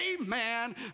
amen